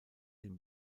den